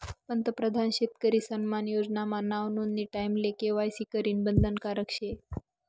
पंतप्रधान शेतकरी सन्मान योजना मा नाव नोंदानी टाईमले के.वाय.सी करनं बंधनकारक शे